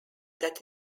that